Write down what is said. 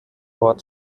ort